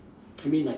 I mean like